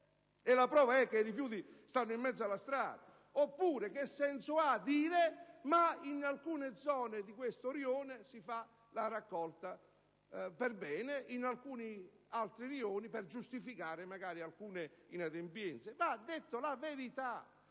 la prova è che i rifiuti sono in mezzo alla strada? Oppure, che senso ha dire che in alcune zone di un certo rione si fa la raccolta per bene a differenza di altri rioni, per giustificare magari alcune inadempienze? Bisogna dire la verità: